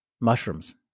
mushrooms